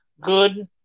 good